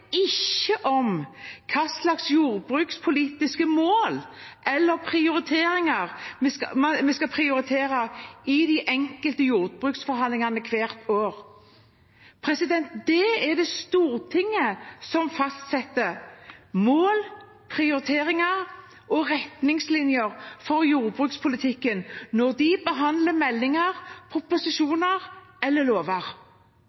ikke om hva slags jordbrukspolitiske mål vi skal ha, eller hva vi skal prioritere i de enkelte jordbruksforhandlingene hvert år. Det er Stortinget som fastsetter mål, prioriteringer og retningslinjer for jordbrukspolitikken, når de behandler meldinger,